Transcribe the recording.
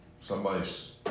Somebody's